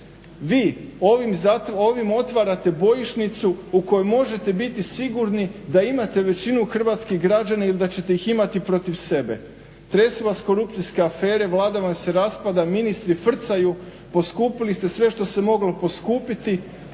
vi ovim otvarate bojišnicu u kojoj možete biti sigurni da imate većinu hrvatskih građana ili da ćete ih imati protiv sebe. Tresu vas korupcijske afere, vlada vam se raspada, ministri frcaju, poskupili ste sve što se moglo poskupiti